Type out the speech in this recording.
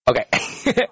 Okay